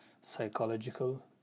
psychological